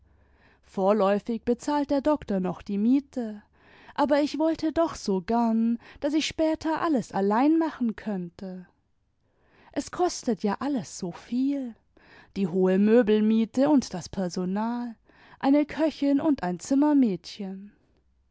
vorläufig bezahlt der doktor noch die miete aber ich wollte doch so gern daß ich später alles allein machen könnte es kostet ja alles so viel die hohe möbelmiete und das personal eine köchin und ein zimmertnädchen